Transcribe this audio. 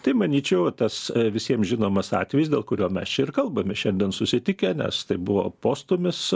tai manyčiau tas visiem žinomas atvejis dėl kurio mes čia ir kalbame šiandien susitikę nes tai buvo postūmis